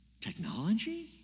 technology